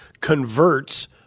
converts